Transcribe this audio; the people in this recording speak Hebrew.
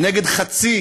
נגד חצי